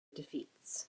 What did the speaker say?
defeats